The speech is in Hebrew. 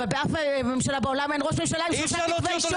אבל באף ממשלה בעולם אין ראש ממשלה עם שלושה כתבי אישום.